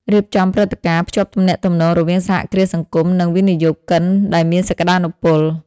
រៀបចំព្រឹត្តិការណ៍ភ្ជាប់ទំនាក់ទំនង រវាងសហគ្រាសសង្គម និងវិនិយោគិនដែលមានសក្តានុពល ។